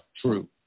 True